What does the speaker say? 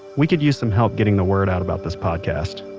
we could use some help getting the word out about this podcast.